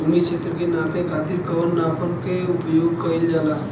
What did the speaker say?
भूमि क्षेत्र के नापे खातिर कौन मानक के उपयोग कइल जाला?